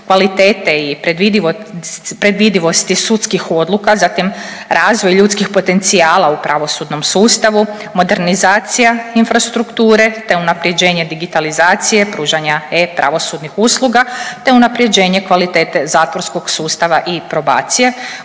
kvalitete i predvidivosti sudskih odluka, zatim razvoj ljudskih potencijala u pravosudnom sustavu, modernizacija infrastrukture te unapređenje digitalizacije, pružanja e-pravosudnih usluga, te unapređenje kvalitete zatvorskog sustava i probacije.